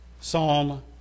Psalm